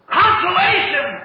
consolation